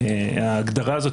ההגדרה הזאת